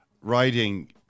writing